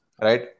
right